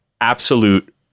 absolute